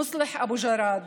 מוסלח אבו ג'ראד,